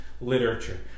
literature